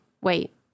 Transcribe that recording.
Wait